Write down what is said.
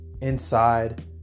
inside